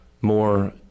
more